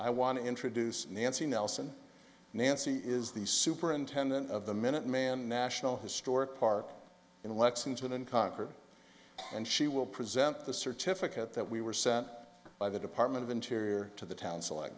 i want to introduce nancy nelson nancy is the superintendent of the minuteman national historic park in lexington and concord and she will present the certificate that we were sent by the department of interior to the town